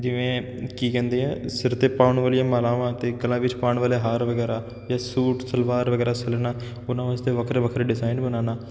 ਜਿਵੇਂ ਕੀ ਕਹਿੰਦੇ ਆ ਸਿਰ 'ਤੇ ਪਾਉਣ ਵਾਲੀਆਂ ਮਾਲਾਵਾਂ ਅਤੇ ਗਲਾਂ ਵਿੱਚ ਪਾਉਣ ਵਾਲੇ ਹਾਰ ਵਗੈਰਾ ਜਾਂ ਸੂਟ ਸਲਵਾਰ ਵਗੈਰਾ ਸਿਲਣਾ ਉਹਨਾਂ ਵਾਸਤੇ ਵੱਖਰੇ ਵੱਖਰੇ ਡਿਜ਼ਾਇਨ ਬਣਾਉਣਾ